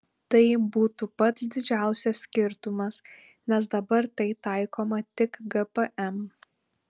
tai būtų pats didžiausias skirtumas nes dabar tai taikoma tik gpm